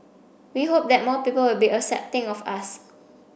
we hope that more people will be accepting of us